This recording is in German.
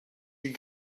die